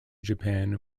japan